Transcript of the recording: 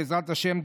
בעזרת השם,